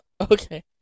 Okay